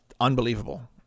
unbelievable